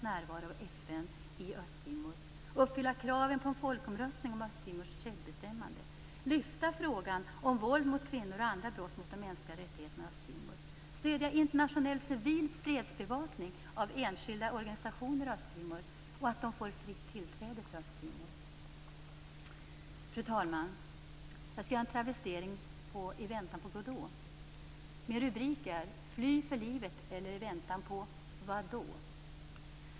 När skall man lyfta fram frågan om våld mot kvinnor och andra brott mot de mänskliga rättigheterna i Östtimor? När skall man stödja internationell civil fredsbevakning av enskilda organisationer i Östtimor och se till så att dessa får fritt tillträde till Östtimor? Fru talman! Jag skall göra en travestering av I väntan på Godot. Min rubrik är: Fly för livet eller I väntan på vad då.